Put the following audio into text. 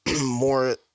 more